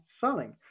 selling